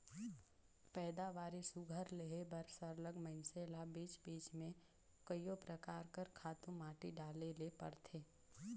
पएदावारी सुग्घर लेहे बर सरलग मइनसे ल बीच बीच में कइयो परकार कर खातू माटी डाले ले परथे